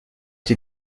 été